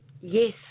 Yes